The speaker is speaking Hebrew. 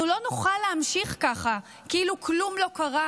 אנחנו לא נוכל להמשיך ככה כאילו כלום לא קרה,